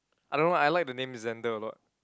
I don't know I like the name Xander a lot